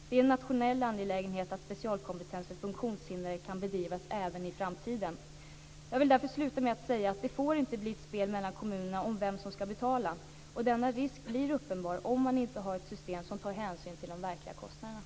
Det är en nationell angelägenhet att specialkompetens för funktionshindrade kan erbjudas även i framtiden. Jag vill därför sluta med att säga att det inte får bli ett spel mellan kommunerna om vem som ska betala. Denna risk blir uppenbar om man inte har ett system som tar hänsyn till de verkliga kostnaderna.